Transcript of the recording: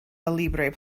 libre